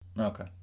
Okay